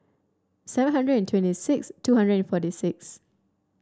seven hundred and twenty six two hundred and forty six